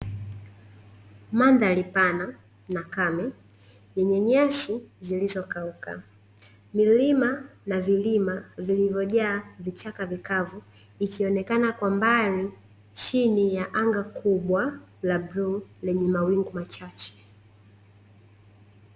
Madhari pana na kame yenye nyasi zilizokauka, milima na vilima vilivyojaa vichaka vikavu ikionekana kwa mbali chini ya anga kubwa la anga la bluu lenye mawingu machache.